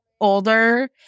older